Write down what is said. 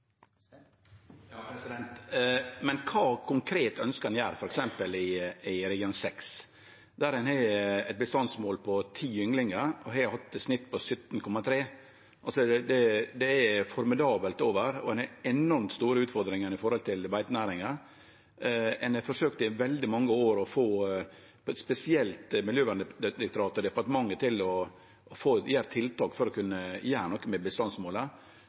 Men kva konkret ønskjer ein å gjere f.eks. i region 6, der ein har eit bestandsmål på 10 ynglingar og har hatt eit snitt på 17,3? Det ligg formidabelt over, og ein har enormt store utfordringar i beitenæringa. Ein har forsøkt i veldig mange år å få spesielt Miljødirektoratet og departementet til å gjere tiltak for å kunne gjere noko med bestandsmålet.